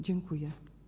Dziękuję.